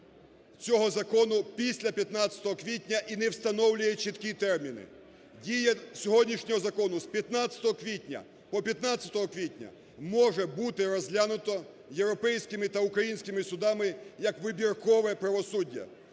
цього закону після 15 квітня і не встановлює чіткі терміни. Дія сьогоднішнього закону з 15 квітня по 15 квітня може бути розглянуто європейськими та українськими судами як вибіркове правосуддя.